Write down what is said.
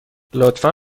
لطفا